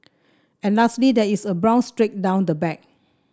and lastly there is a brown streak down the back